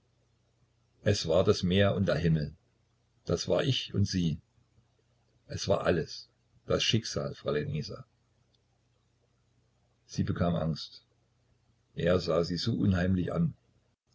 es war das meer und der himmel das war ich und sie es war alles das schicksal fräulein isa sie bekam angst er sah sie so unheimlich an